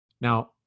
Now